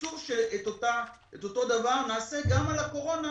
ואסור שאותו הדבר נעשה גם על הקורונה,